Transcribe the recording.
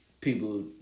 people